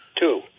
Two